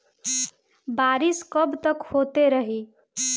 बरिस कबतक होते रही?